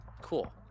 Cool